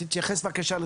תתייחס בבקשה.